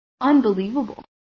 unbelievable